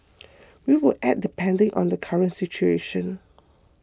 we will act depending on the current situation